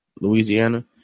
Louisiana